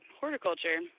horticulture